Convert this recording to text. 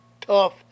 tough